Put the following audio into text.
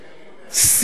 מארצנו"?